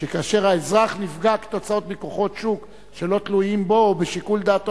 שכאשר האזרח נפגע בגלל כוחות שוק שלא תלויים בו ובשיקול דעתו,